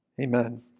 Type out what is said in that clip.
Amen